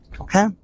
okay